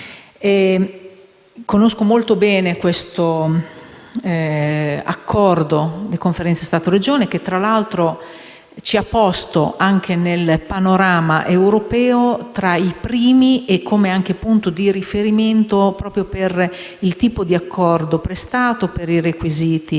Conosco molto bene l'accordo della Conferenza Stato-Regioni che, tra l'altro, ci ha collocato nel panorama europeo tra i primi Paesi e, come punto di riferimento per il tipo di accordo prestato, per i requisiti